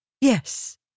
Yes